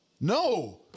No